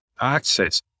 access